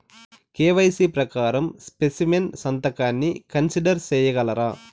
KYC ప్రకారం specimen సంతకాన్ని consider సేయగలరా?